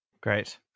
Great